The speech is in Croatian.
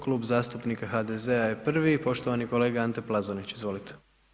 Klub zastupnika HDZ-a je prvi, poštovani kolega Ante Plazonić, izvolite.